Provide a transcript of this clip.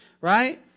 right